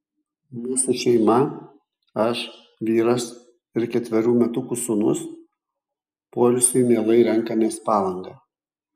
mūsų šeima aš vyras ir ketverių metukų sūnus poilsiui mielai renkamės palangą